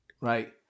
Right